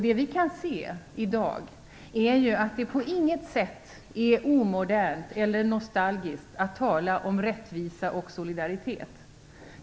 Det vi i dag kan se är att det på intet sätt är omodernt eller nostalgiskt att tala om rättvisa och solidaritet.